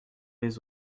les